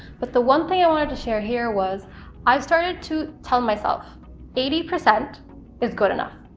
but the one thing i wanted to share here was i started to tell myself eighty percent is good enough.